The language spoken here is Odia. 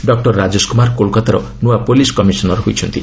ଡକ୍ଟର ରାଜେଶ କୁମାର କୋଲକାତାର ନୂଆ ପୁଲିସ୍ କମିଶନର ହୋଇଛନ୍ତି